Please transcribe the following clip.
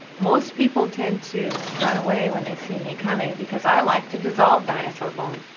most people tend to run away when they see me coming because i like to dissolve dinosaur bones.